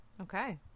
Okay